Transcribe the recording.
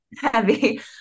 heavy